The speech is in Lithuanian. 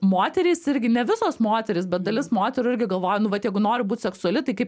moterys irgi ne visos moterys bet dalis moterų irgi galvoju nu vat jeigu nori būt seksuali tai kaip